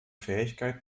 fähigkeit